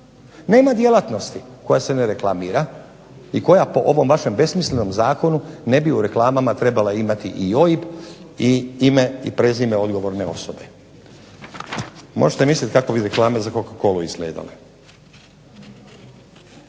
Nema djelatnosti koja se ne reklamira i koja po ovom vašem besmislenom Zakonu ne bi u reklamama trebala imati i OIB i ime i prezime odgovorne osobe. Možete misliti kako bi reklama za coca colu izgledala.